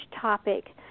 topic